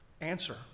answer